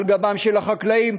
על גבם של החקלאים,